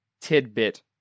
tidbit